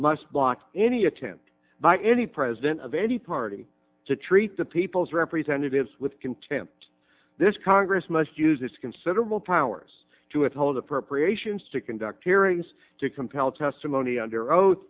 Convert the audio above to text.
must block any attempt by any president of any party to treat the people's representatives with contempt this congress must use its considerable powers to uphold appropriations to conduct hearings to compel testimony under oath